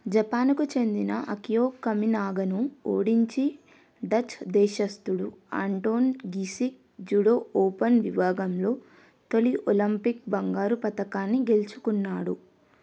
జపాన్కు చెందిన అకియో కమినాగాను ఓడించి డచ్ దేశస్థుడు అంటోన్ గీసింక్ జూడో ఓపెన్ విభాగంలో తొలి ఒలింపిక్ బంగారు పతకాన్ని గెలుచుకున్నాడు